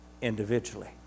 individually